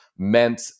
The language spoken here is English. meant